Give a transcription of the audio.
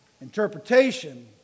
interpretation